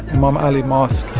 imam ali mosque